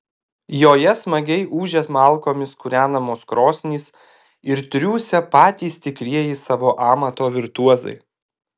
joje smagiai ūžia malkomis kūrenamos krosnys ir triūsia patys tikrieji savo amato virtuozai